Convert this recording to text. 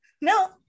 No